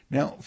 Now